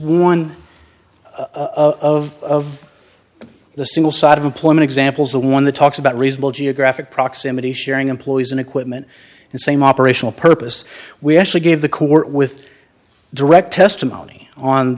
one of the civil side of employment examples the one that talks about reasonable geographic proximity sharing employees and equipment and same operational purpose we actually gave the corps with direct testimony on